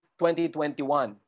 2021